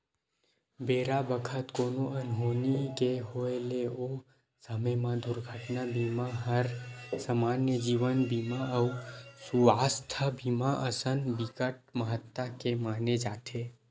बेरा बखत कोनो अनहोनी के होय ले ओ समे म दुरघटना बीमा हर समान्य जीवन बीमा अउ सुवास्थ बीमा असन बिकट महत्ता के माने जाथे